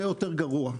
יהיה יותר גרוע.